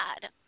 God